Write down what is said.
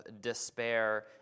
despair